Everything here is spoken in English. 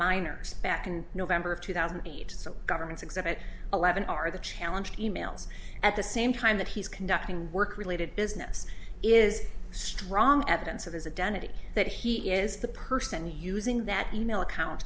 minors back and november of two thousand and eight governments exhibit eleven are the challenge e mails at the same time that he's conducting work related business is strong evidence of his identity that he is the person using that e mail account